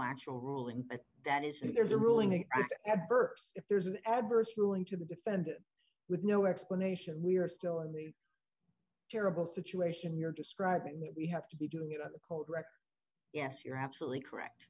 actual rule and that is that there's a ruling the adverse if there's an adverse ruling to the defendant with no explanation we are still in the terrible situation you're describing that we have to be doing it at the co director yes you're absolutely correct